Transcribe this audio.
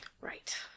Right